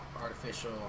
Artificial